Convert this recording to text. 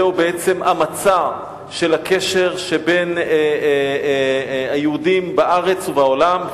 זהו בעצם המצע של הקשר שבין היהודים בארץ ובעולם,